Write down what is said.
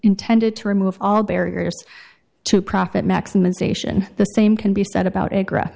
intended to remove all barriers to profit maximisation the same can be said about agra